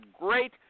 great